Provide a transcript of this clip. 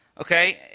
Okay